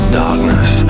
darkness